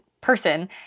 person